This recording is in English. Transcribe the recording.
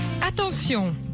Attention !«